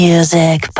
Music